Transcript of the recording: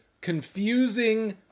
confusing